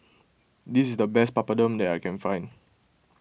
this is the best Papadum that I can find